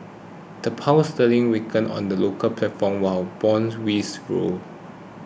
the Pound sterling weakened on the local platform while bond rose